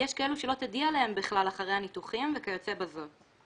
יש כאלו שלא תדעי אליהם בכלל אחרי הניתוחים" וכיוצא בזאת.